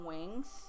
Wings